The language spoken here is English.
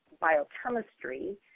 biochemistry